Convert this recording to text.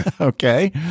Okay